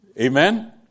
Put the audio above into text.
Amen